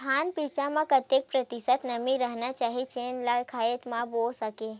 धान बीज म कतेक प्रतिशत नमी रहना चाही जेन ला खेत म बो सके?